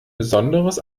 besonderes